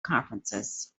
conferences